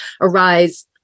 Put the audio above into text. arise